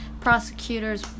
prosecutors